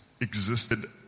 existed